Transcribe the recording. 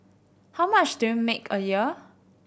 how much do you make a year